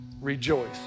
Rejoice